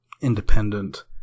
independent